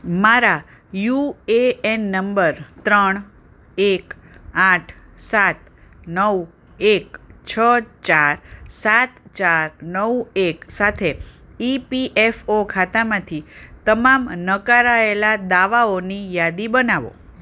મારા U A N નંબર ત્રણ એક આઠ સાત નવ એક છ ચાર સાત ચાર નવ એક સાથે ઇ પી એફ ઓ ખાતામાંથી તમામ નકારાયેલા દાવાઓની યાદી બનાવો